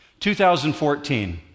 2014